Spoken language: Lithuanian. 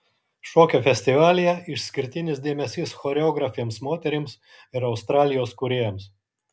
šokio festivalyje išskirtinis dėmesys choreografėms moterims ir australijos kūrėjams